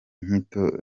nyito